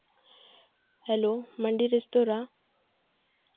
hello Mandi restaurant